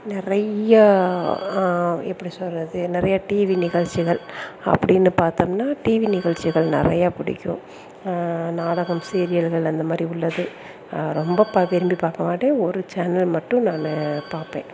நிறையா எப்படி சொல்கிறது நிறைய டிவி நிகழ்ச்சிகள் அப்படின்னு பார்த்தம்னா டிவி நிகழ்ச்சிகள் நிறையா பிடிக்கும் நாடகம் சீரியல்கள் அந்த மாதிரி உள்ளது ரொம்ப பகிர்ந்து பார்க்க மாட்டேன் ஒரு சேனல் மட்டும் நான் பார்ப்பேன்